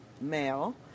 male